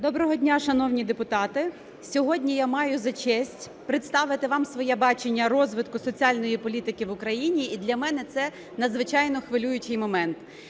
Доброго дня, шановні депутати! Сьогодні я маю за честь представити вам своє бачення розвитку соціальної політики в Україні і для мене це надзвичайно хвилюючий момент.